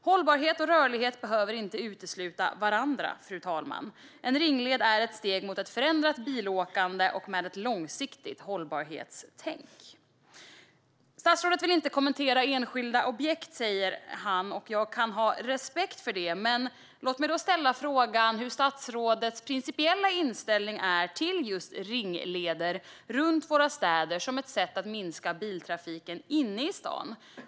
Hållbarhet och rörlighet behöver inte utesluta varandra, fru talman. En ringled är ett steg mot ett förändrat bilåkande med ett långsiktigt hållbarhetstänk. Statsrådet sa att han inte ville kommentera enskilda objekt, och jag kan ha respekt för det. Men låt mig då ställa frågan: Vad är statsrådets principiella inställning till ringleder runt våra städer som ett sätt att minska biltrafiken inne i stan?